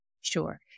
Sure